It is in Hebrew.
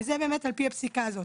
זה על פי הפסיקה הזאת.